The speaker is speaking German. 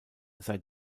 sei